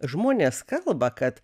žmonės kalba kad